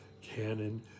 canon